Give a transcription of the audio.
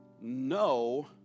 no